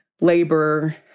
labor